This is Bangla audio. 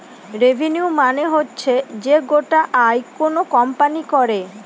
রেভিনিউ মানে হচ্ছে যে গোটা আয় কোনো কোম্পানি করে